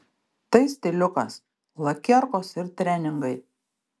tai stiliukas lakierkos ir treningai